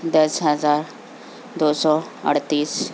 دس ہزار دو سو اڑتیس